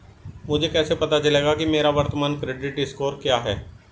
मुझे कैसे पता चलेगा कि मेरा वर्तमान क्रेडिट स्कोर क्या है?